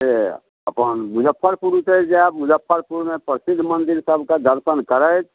से अपन मुजफ्फरपुर उतरि जायब मुजफ्फरपुरमे प्रसिद्ध मन्दिर सबके दर्शन करैत